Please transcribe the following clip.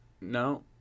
No